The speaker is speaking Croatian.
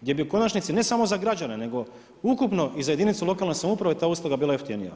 gdje bi u konačnici ne samo za građane nego ukupno i za jedinicu lokalne samouprave ta usluga bila jeftinija.